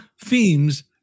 themes